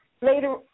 later